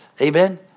amen